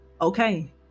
Okay